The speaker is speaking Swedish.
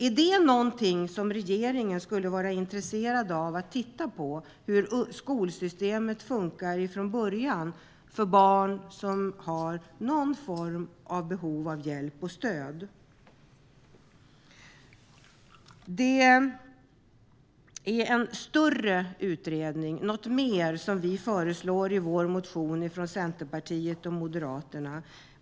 Är det något som regeringen skulle vara intresserad av att titta på, hur skolsystemet fungerar från början för barn som har någon form av behov av hjälp och stöd? Det är en större utredning, något mer, som vi föreslår i vår motion från Centerpartiet och Moderaterna.